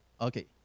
Okay